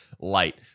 light